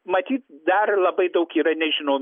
matyt dar labai daug yra nežinom